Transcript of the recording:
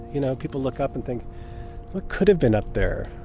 you know, people look up and think what could have been up there?